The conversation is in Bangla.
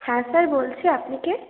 হ্যাঁ স্যার বলছি আপনি কে